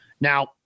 Now